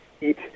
eat